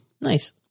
Nice